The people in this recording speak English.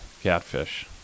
catfish